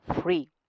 free